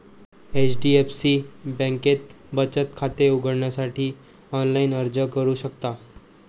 HDFC बँकेत बचत खाते उघडण्यासाठी ऑनलाइन अर्ज करू शकता